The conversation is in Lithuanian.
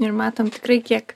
ir matom tikrai kiek